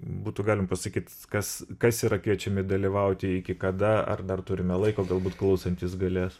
būtų galim pasakyt kas kas yra kviečiami dalyvauti iki kada ar dar turime laiko galbūt klausantys galės